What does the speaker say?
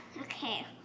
Okay